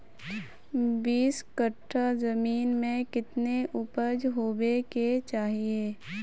बीस कट्ठा जमीन में कितने उपज होबे के चाहिए?